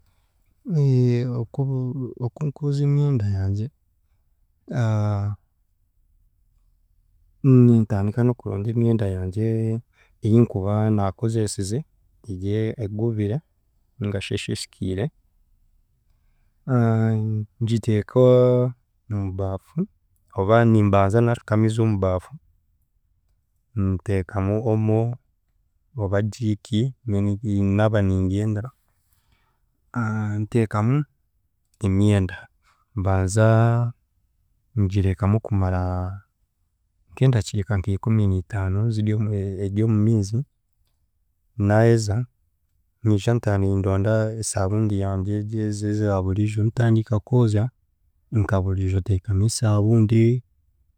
oku- okunkozya emyenda yangye, nintandika n’okuronda emyanda yangye ei nkuba naakozeesize egi egubire ningashi eshishikiire, ngiteeka omu baafu oba nimbanza naashuka amiizi omu baafu nteekamu omo oba jick then naaba nimbyenda nteekamu emyenda mbanza ngirekamu kumara nk’endakiika nka ikuminiitaano ziryo eri omu miizi, naaheza nyija ntaaha nindonda esaabundi yangye ezi ezaaburiijo ntandika kwozya nka buriijo nteekamu esaabundi